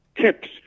tips